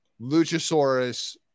Luchasaurus